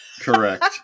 Correct